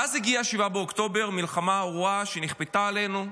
ואז הגיע 7 באוקטובר, המלחמה הארורה שנכפתה עלינו.